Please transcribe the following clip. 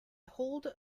hold